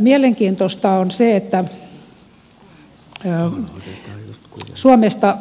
mielenkiintoista on se että suomesta